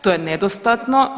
To je nedostatno.